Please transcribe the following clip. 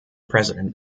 president